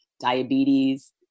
diabetes